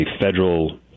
federal